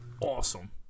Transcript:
awesome